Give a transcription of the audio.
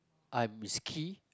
I'm risky